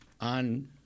on